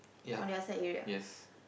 ya yes